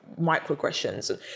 Microaggressions